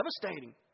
devastating